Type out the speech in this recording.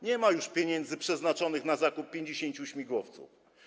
Nie ma już pieniędzy przeznaczonych na zakup 50 śmigłowców.